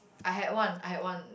I had one I had one